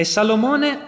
Salomone